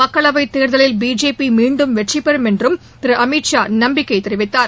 மக்களவை தேர்தலில் பிஜேபி மீண்டும் வெற்றிபெறும் என்றும் திரு அமித் ஷா நம்பிக்கை தெரிவித்தார்